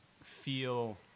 feel